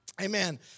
Amen